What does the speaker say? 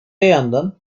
yandan